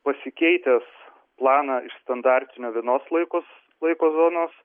pasikeitęs planą iš standartinio vienos laikos laiko zonos